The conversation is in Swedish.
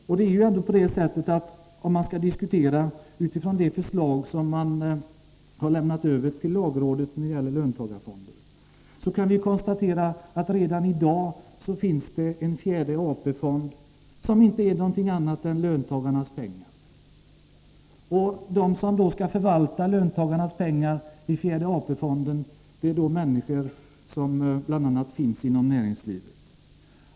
Om man skall diskutera utifrån det förslag som ha: lämnats över till lagrådet när det gäller löntagarfonder, kan man konstatera att det redan i dag finns en fjärde AP-fond som inte är någonting annat än löntagarnas pengar. De som skall förvalta löntagarnas pengar i den fjärde AP-fonden är människor som bl.a. finns i näringslivet.